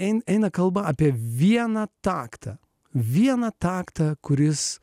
eina kalba apie vieną taktą vieną taktą kuris